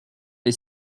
est